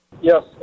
yes